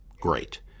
great